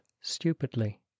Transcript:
stupidly